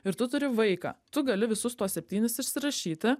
ir tu turi vaiką tu gali visus tuos septynis išsirašyti